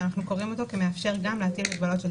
שאנחנו קוראים אותו כמאפשר גם להטיל הגבלות של